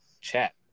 chat